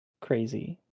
crazy